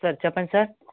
sir చెప్పండి sir